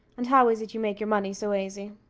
and how is it you make your money so aisy?